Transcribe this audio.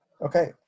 okay